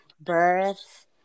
birth